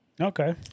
Okay